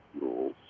rules